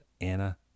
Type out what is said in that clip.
Anna